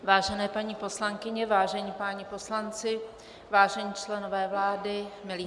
Vážení paní poslankyně, vážení páni poslanci, vážení členové vlády, milí hosté.